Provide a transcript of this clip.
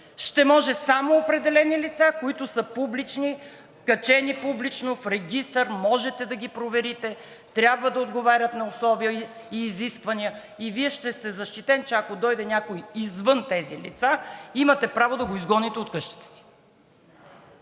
ще може само определени лица, които са публични, качени публично, в регистър можете да ги проверите, трябва да отговарят на условия и изисквания и Вие ще сте защитен, че ако дойде някой извън тези лица, имате право да го изгоните от къщата си.